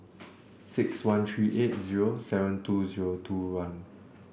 six one three eight zero seven two zero two one